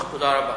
תודה רבה.